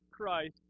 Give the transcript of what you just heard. Christ